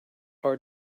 are